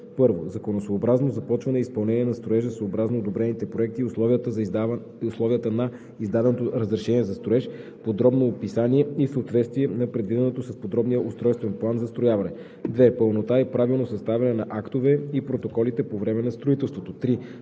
1. законосъобразно започване и изпълнение на строежа съобразно одобрените проекти и условията на издаденото разрешение за строеж, подробно описание и съответствие на предвиденото с подробния устройствен план застрояване; 2. пълнота и правилно съставяне на актовете и протоколите по време на строителството; 3.